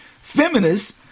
Feminists